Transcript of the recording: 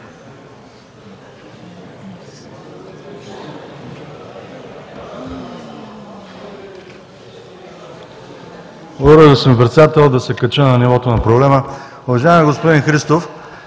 Благодаря, господин Председател. Да се кача на нивото на проблема. Уважаеми господин Христов,